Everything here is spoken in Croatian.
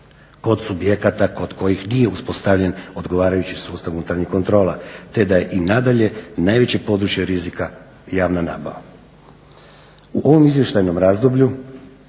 kod subjekata kod kojih nije uspostavljen odgovarajući sustav unutarnjih kontrola te i je i nadalje najveće područje rizika javna nabava. U ovom izvještajnom razdoblju